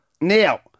Now